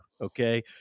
okay